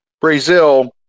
Brazil